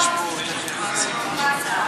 צריך חמש דקות להצעה.